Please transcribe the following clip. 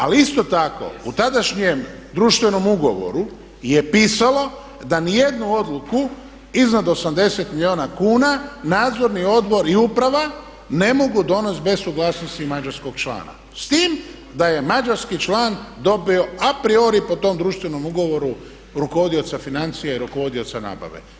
Ali isto tako u tadašnjem društvenom ugovoru je pisalo da ni jednu odluku iznad 80 milijuna kuna Nadzorni odbor i uprava ne mogu donest bez suglasnosti mađarskog člana, s tim da je mađarski član dobio a priori po tom društvenom ugovoru rukovodioca financija i rukovodioca nabave.